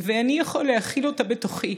/ ואני יכול להכיל אותה בתוכי,